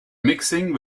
mixing